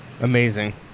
Amazing